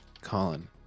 colin